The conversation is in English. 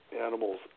animals